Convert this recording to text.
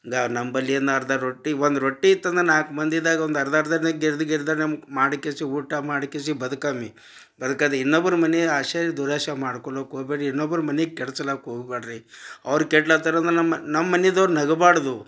ದಾ ನಂಬಲ್ಲಿ ಏನು ಅರ್ಧ ರೊಟ್ಟಿ ಒಂದು ರೊಟ್ಟಿ ಇತ್ತಂದ್ರೆ ನಾಲ್ಕು ಮಂದಿದಾಗ ಒಂದು ಅರ್ಧರ್ಧ ಮಾಡ್ಕೆಶಿ ಊಟ ಮಾಡ್ಕೆಶಿ ಬದುಕಮ್ಮಿ ಬದ್ಕದು ಇನ್ನೊಬ್ರ ಮನೆ ಆಸೆ ದುರಾಸೆ ಮಾಡ್ಕೊಳೋಕ್ ಹೋಬೇಡ್ರಿ ಇನ್ನೊಬ್ರ ಮನೆ ಕೆಡ್ಸಲಕ್ಕ ಹೋಗ್ಬ್ಯಾಡ್ರಿ ಅವ್ರು ಕೆಡ್ಲಾತ್ತರ ಅಂದ್ರೆ ನಮ್ಮ ನಮ್ಮ ಮನಿದವ್ರು ನಗಬಾರ್ದು